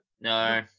no